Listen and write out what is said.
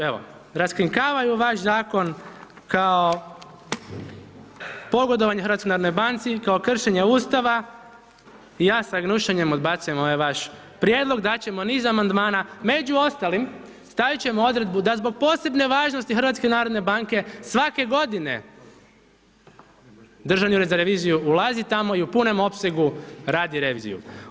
Evo, raskrinkavaju vaš zakon kao pogodovanje HNB-u, kao kršenje Ustava i ja sa gnušanjem odbacujem ovaj vaš prijedlog, dat ćemo niz amandmana, među ostalim stavit ćemo odredbu da zbog posebne važnosti HNB-a svake godine Državni ured za reviziju ulazi tamo i u punom opsegu radi reviziju.